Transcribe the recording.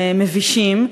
הם מבישים.